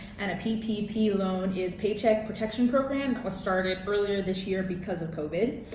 and a ppp loan is paycheck protection program that was started earlier this year because of covid,